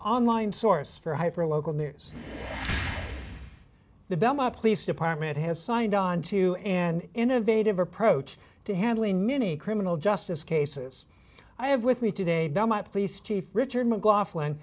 online source for hyper local news the belmont police department has signed on to an innovative approach to handling many criminal justice cases i have with me today down my police chief richard mclaughlin